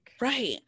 Right